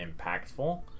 impactful